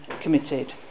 committed